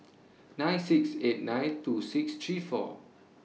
nine six eight nine two six three four